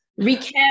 recap